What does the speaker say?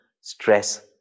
stress